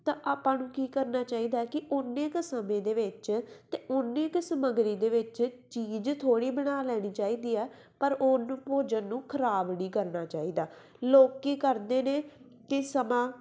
ਤਾਂ ਆਪਾਂ ਨੂੰ ਕੀ ਕਰਨਾ ਚਾਹੀਦਾ ਕਿ ਉਨੇ ਕੁ ਸਮੇਂ ਦੇ ਵਿੱਚ ਅਤੇ ਉਨੀ ਕੁ ਸਮੱਗਰੀ ਦੇ ਵਿੱਚ ਚੀਜ਼ ਥੋੜ੍ਹੀ ਬਣਾ ਲੈਣੀ ਚਾਹੀਦੀ ਆ ਪਰ ਉਹਨੂੰ ਭੋਜਨ ਨੂੰ ਖਰਾਬ ਨਹੀਂ ਕਰਨਾ ਚਾਹੀਦਾ ਲੋਕ ਕੀ ਕਰਦੇ ਨੇ ਕਿ ਸਮਾਂ